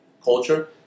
Culture